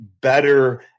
better